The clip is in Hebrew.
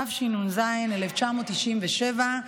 התשנ"ז 1997,